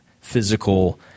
physical